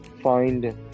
find